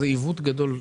זה עיוות גדול.